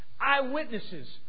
Eyewitnesses